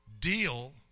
Deal